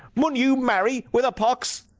mun' you marry, with a pox!